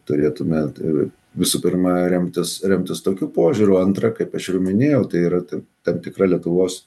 turėtumėt ir visų pirma remtis remtis tokiu požiūriu antra kaip aš jau minėjau tai yra tai tam tikra lietuvos